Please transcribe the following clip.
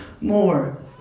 more